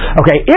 okay